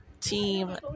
team